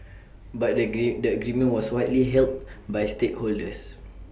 but the agreement the was widely hailed by stakeholders